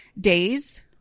days